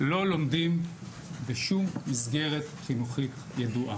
לא לומדים בשום מסגרת חינוכית ידועה.